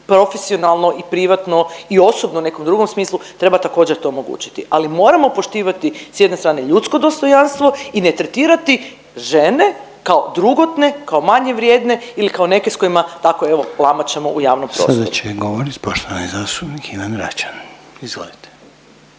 profesionalno i privatno i osobno u nekom drugom smislu treba također to omogućiti, ali moramo poštivati sa jedne strane ljudsko dostojanstvo i ne tretirati žene kao drugotne, kao manje vrijedne ili kao neke sa kojima tako evo lamaćemo u javnom prostoru. **Reiner, Željko (HDZ)** Sada će govoriti poštovani zastupnik Ivan Račan, izvolite.